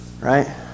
Right